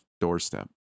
doorstep